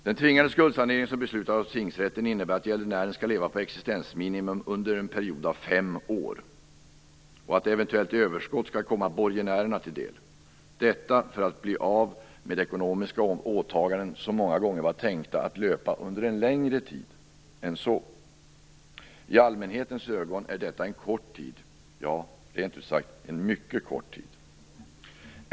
Den tvingande skuldsanering som beslutats av tingsrätten innebär att gäldenären skall leva på existensminimum under en period av fem år och att eventuellt överskott skall komma borgenärerna till del - detta för att bli av med ekonomiska åtaganden som många gånger var tänkta att löpa under en längre tid än så. I allmänhetens ögon är detta en kort tid, ja, rent ut sagt en mycket kort tid.